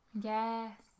Yes